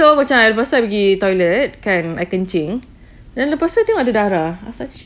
so macam lepas tu aku pergi toilet kan I kencing lepas tu aku tengok ada darah I was like shi~